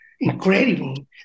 incredible